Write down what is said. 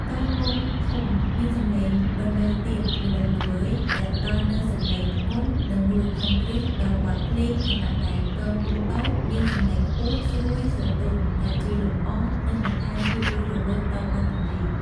គងវង់ធំ មានសំឡេងបន្លឺ ទាប ល្វឹងល្វើយ ដែលផ្ដល់នូវសម្លេងធ្ងន់ និងមូលដ្ឋានគ្រឹះដល់បទភ្លេង ខណៈដែល គងវង់តូច មានសំឡេង ខ្ពស់ ស្រួយស្រទន់ ដែលជួយលម្អ និងបន្ថែមភាពរស់រវើកដល់បទចម្រៀង។